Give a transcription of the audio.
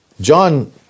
John